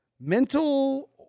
mental